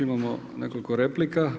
Imamo nekoliko replika.